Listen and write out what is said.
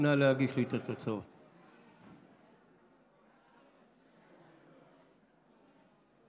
בעד הצעת החוק הצביעו 47 חברי